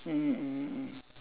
mmhmm mmhmm mmhmm